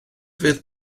fydd